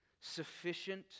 sufficient